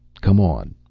come on!